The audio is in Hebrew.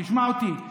לא תבנה כלום.